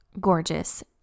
gorgeous